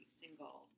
single